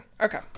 Okay